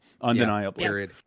Undeniably